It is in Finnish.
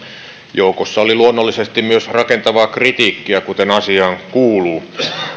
joukossa oli luonnollisesti myös rakentavaa kritiikkiä kuten asiaan kuuluu